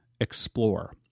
explore